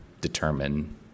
determine